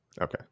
okay